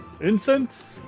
Incense